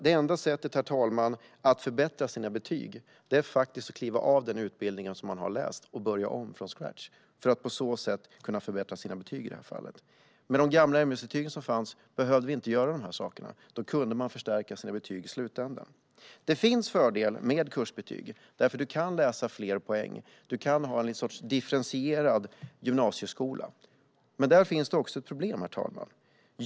Det enda sättet att förbättra sina betyg är faktiskt att kliva av den utbildning man går och börja om från scratch för att på så sätt kunna förbättra sina betyg. Med de gamla ämnesbetygen behövde man inte göra det. Då kunde man förbättra sina betyg i slutänden. Det finns fördelar med kursbetyg, eftersom man kan läsa fler poäng och ha en differentierad gymnasieskola. Men där finns det också problem.